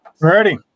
Ready